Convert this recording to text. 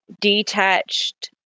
detached